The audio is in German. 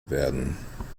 werden